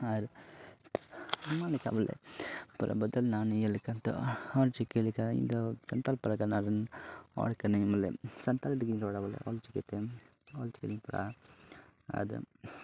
ᱟᱨ ᱟᱭᱢᱟ ᱞᱮᱠᱟ ᱵᱚᱞᱮ ᱯᱩᱨᱟᱹ ᱵᱚᱫᱚᱞ ᱮᱱᱟ ᱩᱱᱤ ᱤᱭᱟᱹ ᱞᱮᱠᱟ ᱱᱤᱛᱚᱜ ᱚᱞᱪᱤᱠᱤ ᱞᱮᱠᱟ ᱤᱧᱫᱚ ᱥᱟᱱᱛᱟᱞ ᱯᱟᱨᱜᱟᱱᱟ ᱨᱮᱱ ᱦᱚᱲ ᱠᱟᱹᱱᱟᱹᱧ ᱵᱚᱞᱮ ᱥᱟᱱᱛᱟᱲ ᱛᱮᱜᱤᱧ ᱨᱚᱲᱟ ᱵᱚᱞᱮ ᱚᱞᱪᱤᱠᱤ ᱛᱮ ᱚᱞᱪᱤᱠᱤ ᱛᱤᱧ ᱯᱟᱲᱦᱟᱜᱼᱟ ᱟᱨ